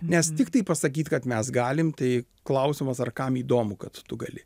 nes tiktai pasakyt kad mes galim tai klausimas ar kam įdomu kad tu gali